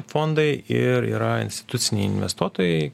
fondai ir yra instituciniai investuotojai